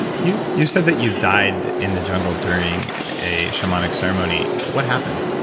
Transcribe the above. and you you said that you died in the jungle during a shamanic ceremony. what happened?